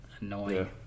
Annoying